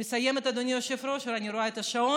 אני מסיימת, אדוני היושב-ראש, אני רואה את השעון,